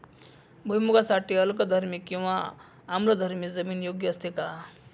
भुईमूगासाठी अल्कधर्मी किंवा आम्लधर्मी जमीन योग्य असते का?